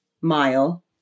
mile